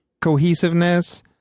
cohesiveness